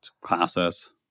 classes